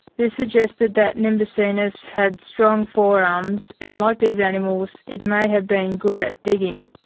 this suggested that nimbacinus had strong forearms and like these animals it may have been good at digging.